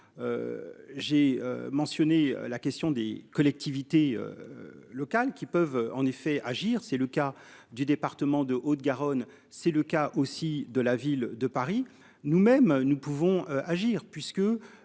J'ai mentionné la question des collectivités. Locales qui peuvent en effet agir, c'est le cas du département de Haute-Garonne. C'est le cas aussi de la ville de Paris nous même nous pouvons agir